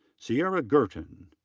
sierra girton.